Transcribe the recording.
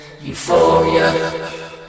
euphoria